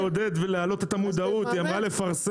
מי שרוצה לעודד ולהעלות את המודעות היא אמרה לפרסם,